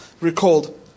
recalled